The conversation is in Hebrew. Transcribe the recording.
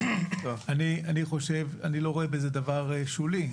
אני לא רואה בזה דבר שולי.